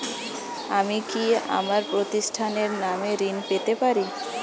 আমি কি আমার প্রতিষ্ঠানের নামে ঋণ পেতে পারি?